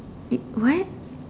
eh what